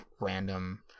random